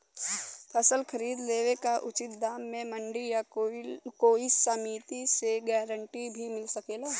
फसल खरीद लेवे क उचित दाम में मंडी या कोई समिति से गारंटी भी मिल सकेला?